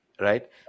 right